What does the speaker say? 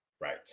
Right